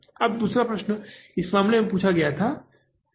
अब यहाँ दूसरा प्रश्न इस मामले में पूछा गया है क्या है